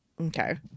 okay